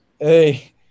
hey